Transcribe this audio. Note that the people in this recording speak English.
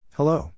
Hello